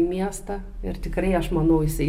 į miestą ir tikrai aš manau jisai